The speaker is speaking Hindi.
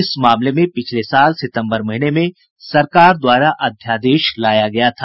इस मामले में पिछले साल सितम्बर महीने में सरकार द्वारा अध्यादेश लाया गया था